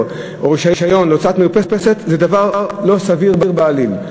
או רישיון להוצאת מרפסת זה דבר לא סביר בעליל.